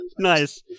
Nice